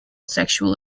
sexual